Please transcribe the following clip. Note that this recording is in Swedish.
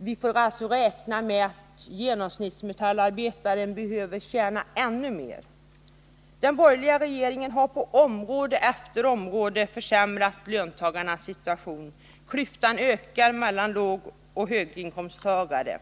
Vi får alltså räkna med att genomsnittsmetallarbetaren behöver tjäna ännu mer, Den borgerliga regeringen har på område efter område försämrat löntagarnas situation. Klyftan ökar mellan lågoch höginkomsttagare.